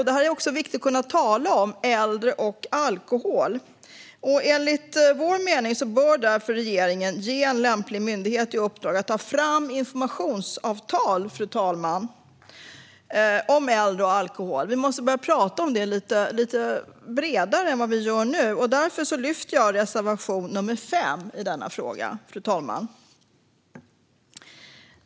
Det är viktigt att kunna tala om äldre och alkohol. Enligt vår mening bör regeringen därför ge lämplig myndighet i uppdrag att ta fram informationsmaterial om äldre och alkohol, fru talman. Vi måste börja prata om detta lite bredare än vad vi gör nu. Därför yrkar jag bifall till reservation nr 5.